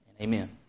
Amen